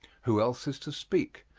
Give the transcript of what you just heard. who else is to speak?